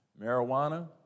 Marijuana